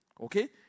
okay